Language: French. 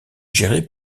géré